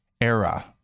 era